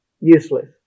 useless